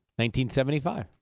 1975